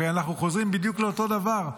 הרי אנחנו חוזרים בדיוק לאותו דבר,